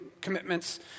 commitments